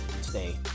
stay